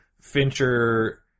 Fincher